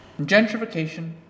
Gentrification